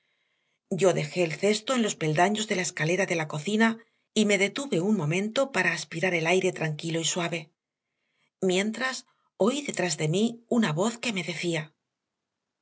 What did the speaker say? yo dejé el cesto en los peldaños de la escalera de la cocina y me detuve un momento para aspirar el aire tranquilo y suave mientras oí detrás de mí una voz que me decía